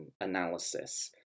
analysis